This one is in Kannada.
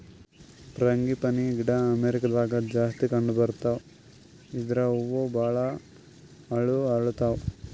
ಫ್ರಾಂಗಿಪನಿ ಗಿಡ ಅಮೇರಿಕಾದಾಗ್ ಜಾಸ್ತಿ ಕಂಡಬರ್ತಾವ್ ಇದ್ರ್ ಹೂವ ಭಾಳ್ ಹಳ್ಳು ಅರಳತಾವ್